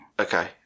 Okay